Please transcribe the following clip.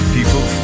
People